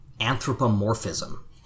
anthropomorphism